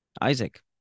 Isaac